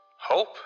Hope